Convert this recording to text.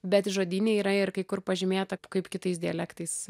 bet žodyne yra ir kai kur pažymėta kaip kitais dialektais